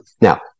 Now